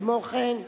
כמו כן,